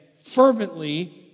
fervently